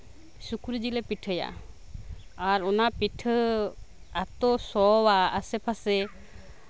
ᱥᱩᱠᱨᱤ ᱡᱤᱞᱮ ᱯᱤᱴᱷᱟᱹᱭᱟ ᱟᱨ ᱚᱱᱟ ᱯᱤᱴᱷᱟᱹ ᱮᱛᱚ ᱥᱚᱣᱟ ᱟᱥᱮ ᱯᱟᱥᱮ